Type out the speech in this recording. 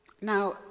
Now